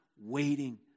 waiting